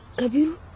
kabiru